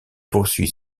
poursuit